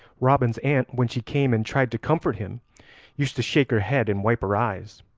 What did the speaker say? robin's aunt when she came and tried to comfort him used to shake her head and wipe her eyes.